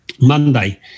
Monday